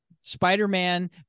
spider-man